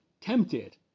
tempted